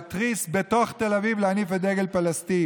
להתריס בתוך תל אביב, להניף את דגל פלסטין.